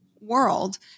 world